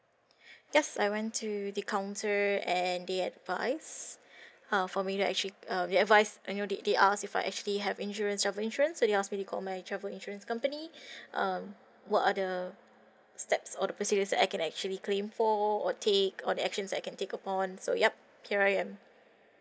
yes I went to the counter and they advise uh for me that I actually uh they advise uh they ask if I actually have insurance travel insurance so they ask me to call my travel insurance company um what are the steps or the procedure I can actually claim for or take or the actions that I can take upon so yup here I am